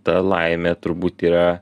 ta laimė turbūt yra